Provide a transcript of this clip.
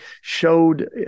showed